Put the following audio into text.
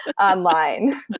online